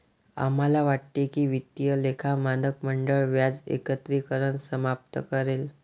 आम्हाला वाटते की वित्तीय लेखा मानक मंडळ व्याज एकत्रीकरण समाप्त करेल